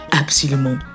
absolument